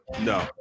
No